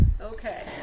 Okay